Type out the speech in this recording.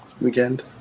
weekend